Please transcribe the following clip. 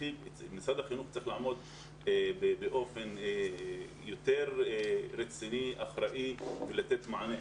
משרד החינוך צריך לעמוד באופן יותר רציני ואחראי ולתת מענה.